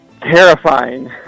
terrifying